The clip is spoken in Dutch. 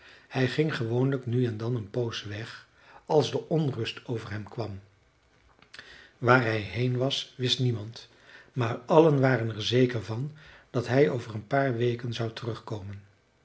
hij ging gewoonlijk nu en dan een poos weg als de onrust over hem kwam waar hij heen was wist niemand maar allen waren er zeker van dat hij over een paar weken zou terugkomen